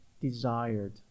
desired